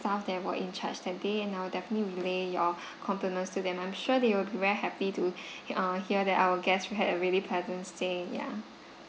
staff that were in charge that day and I'll definitely relay your compliments to them I'm sure they will be very happy to uh hear that our guests had a really pleasant stay ya